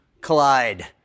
collide